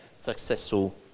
successful